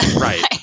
Right